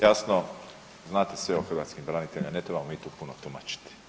Jasno znate sve o hrvatskim braniteljima, ne trebamo mi tu puno tumačiti.